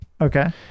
okay